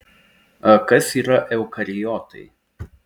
kas yra eukariotai